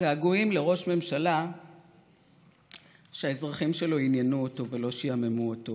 געגועים לראש ממשלה שהאזרחים שלו עניינו אותו ולא שעממו אותו.